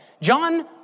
John